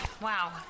Wow